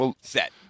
set